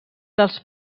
dels